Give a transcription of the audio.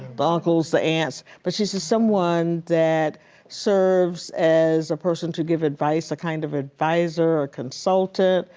but uncles, the aunts. but she says someone that serves as a person to give advice, a kind of advisor or consultant,